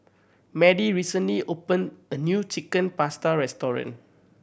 Madie recently opened a new Chicken Pasta restaurant